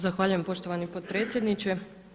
Zahvaljujem poštovani potpredsjedniče.